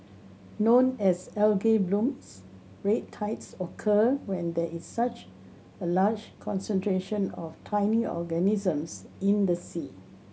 known as algae blooms red tides occur when there is such a large concentration of tiny organisms in the sea